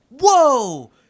Whoa